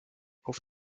auf